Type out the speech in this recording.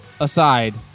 aside